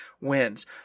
wins